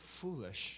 foolish